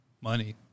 money